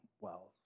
wells